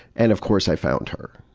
and of course i found her.